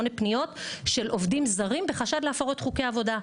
פניות של עובדים זרים בחשד להפרות חוקי עבודה,